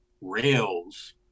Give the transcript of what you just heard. rails